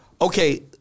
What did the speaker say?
Okay